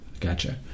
Gotcha